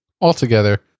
Altogether